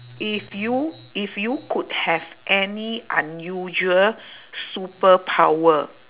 if you if you could have any unusual superpower